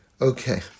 Okay